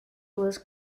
was